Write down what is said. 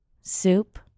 soup